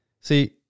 see